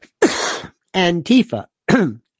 Antifa